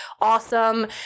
awesome